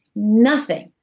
nothing.